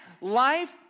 Life